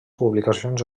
publicacions